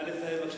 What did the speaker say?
נא לסיים.